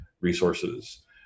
resources